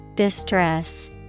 Distress